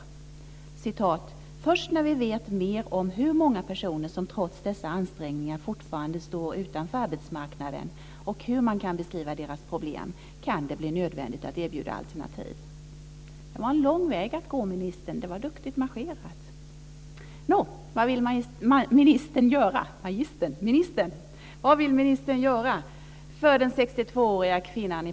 Han säger: Först när vi vet mer om hur många personer som trots dessa ansträngningar fortfarande står utanför arbetsmarknaden och hur man kan beskriva deras problem kan det bli nödvändigt att erbjuda alternativ. Det var en lång väg att gå, ministern. Det var duktigt marscherat.